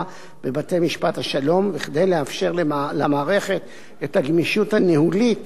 בבתי-משפט השלום וכדי לאפשר למערכת את הגמישות הניהולית